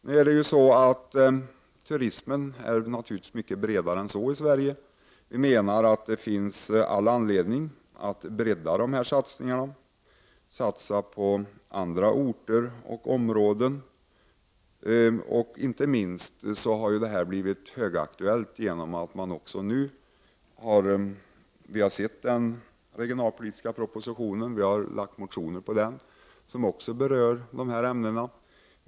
Turismen i Sverige är naturligtvis mycket bredare än så, och vi menar att det finns all anledning att bredda dessa satsningar och satsa på andra orter och områden. Detta har nu blivit högaktuellt genom den regionalpolitiska propositionen och de motioner vi har väckt med anledning av denna, eftersom dessa ämnen tas upp även där.